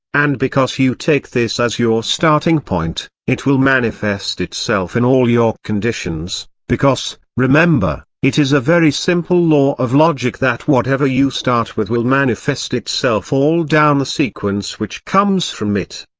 and because you take this as your starting point, it will manifest itself in all your conditions because, remember, it is a very simple law of logic that whatever you start with will manifest itself all down the sequence which comes from it.